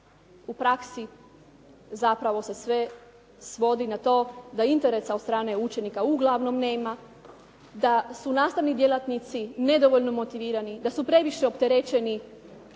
u praksi zapravo se sve svodi na to da interesa od strane učenika uglavnom nema, da su nastavni djelatnici nedovoljno motivirani, da su previše opterećeni